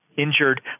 injured